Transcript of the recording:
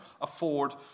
afford